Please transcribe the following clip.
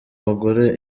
bagore